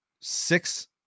six